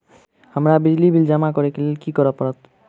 हमरा बिजली बिल जमा करऽ केँ लेल की करऽ पड़त?